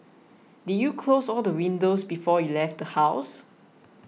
did you close all the windows before you left the house